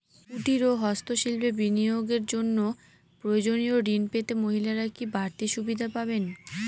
কুটীর ও হস্ত শিল্পে বিনিয়োগের জন্য প্রয়োজনীয় ঋণ পেতে মহিলারা কি বাড়তি সুবিধে পাবেন?